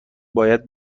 باید